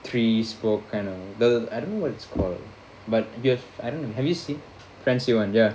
three spoke kind of the I don't know what it's called but you've I don't know have you seen~ fancy one ya